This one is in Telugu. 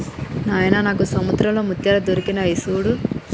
నాయిన నాకు సముద్రంలో ముత్యాలు దొరికాయి సూడు